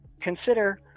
consider